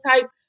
type